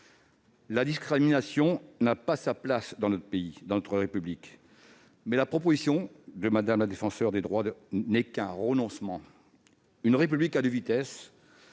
La discrimination n'a pas sa place dans notre pays, dans notre République. Mais la proposition de Mme la Défenseure des droits n'est qu'un renoncement, une République à deux vitesses